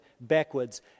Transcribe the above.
backwards